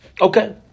Okay